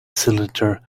cylinder